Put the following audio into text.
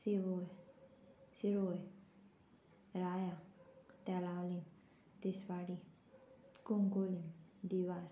Shirvoi Shirvode Raia Telaulim Tiswadi Cuncolim Divar